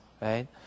right